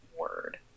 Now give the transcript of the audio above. Word